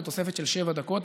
תוספת של שבע דקות,